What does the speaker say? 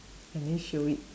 and then show it